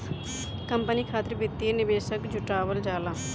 company खातिर वित्तीय निवेशक जुटावल जाला